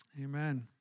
Amen